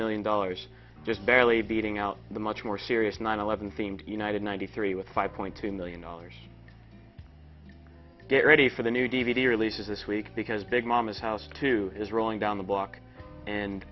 million dollars just barely beating out the much more serious nine eleven themed united ninety three with five point two million dollars get ready for the new d v d releases this week because big momma's house two is rolling down the block and